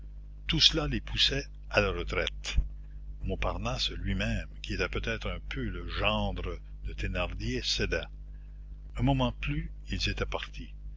tout cela les poussait à la retraite montparnasse lui-même qui était peut-être un peu le gendre de thénardier cédait un moment de plus ils étaient partis